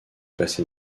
passé